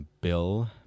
Bill